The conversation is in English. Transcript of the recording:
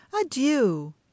adieu